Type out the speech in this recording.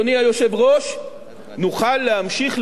נוכל להמשיך לשמור על מדינת ישראל,